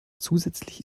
zusätzlich